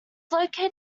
located